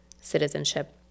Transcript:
citizenship